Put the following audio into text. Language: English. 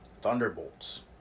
Thunderbolts